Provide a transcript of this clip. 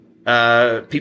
People